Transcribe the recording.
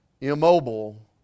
immobile